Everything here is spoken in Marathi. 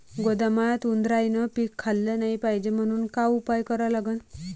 गोदामात उंदरायनं पीक खाल्लं नाही पायजे म्हनून का उपाय करा लागन?